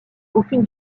aucune